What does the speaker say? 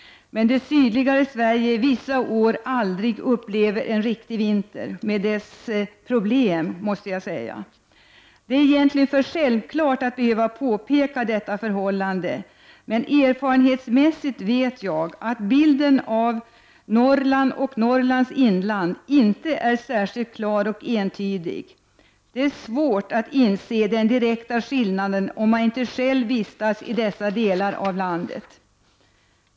Men det sydligare Sverige upplever vissa år aldrig en riktig vinter, med dess problem, måste jag säga. Det är egentligen för självklart att behöva påpeka detta förhållande, men erfarenhetsmässigt vet jag att bilden av Norrland och Norrlands inland inte är särskilt klar och entydig. Det är svårt att inse den direkta skillnaden om man inte själv vistas i dessa delar av landet.